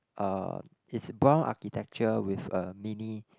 uh it's brown architecture with a mini